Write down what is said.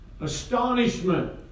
Astonishment